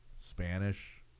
Spanish